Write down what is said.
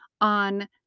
on